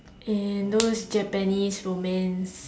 and those Japanese romance